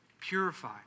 purify